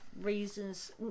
reasons